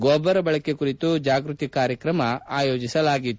ಗೊಬ್ಬರ ಬಳಕೆಯ ಕುರಿತು ಜಾಗೃತಿ ಕಾರ್ಯಕ್ರಮವನ್ನು ಆಯೋಜಿಸಲಾಗಿತ್ತು